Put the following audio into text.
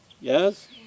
Yes